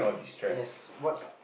yes what's